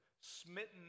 smitten